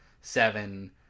seven